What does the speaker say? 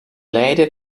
leiden